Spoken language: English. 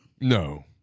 No